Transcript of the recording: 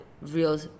real